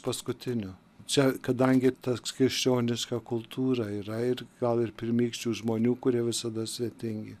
paskutiniu čia kadangi tas krikščioniška kultūra yra ir gal ir pirmykščių žmonių kurie visada svetingi